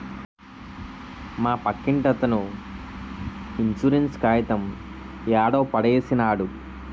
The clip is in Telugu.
మా పక్కింటతను ఇన్సూరెన్స్ కాయితం యాడో పడేసినాడు